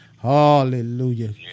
Hallelujah